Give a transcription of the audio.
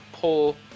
pull